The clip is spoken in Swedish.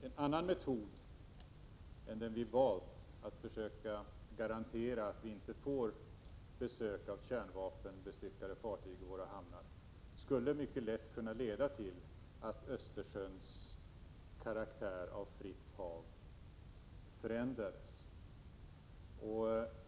En annan metod än den vi valt för att försöka garantera att vi inte får besök av kärnvapenbestyckade fartyg i våra hamnar skulle mycket lätt kunna leda till 76 att Östersjöns karaktär av fritt hav förändrades.